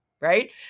Right